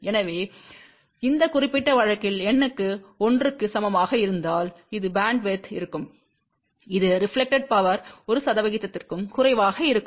எனவே இந்த குறிப்பிட்ட வழக்கில் n க்கு 1 க்கு சமமாக இருந்தால் இது பேண்ட்வித்யாக இருக்கும் இது ரெபிளெக்டாகும் பவர் 1 சதவீதத்திற்கும் குறைவாக இருக்கும்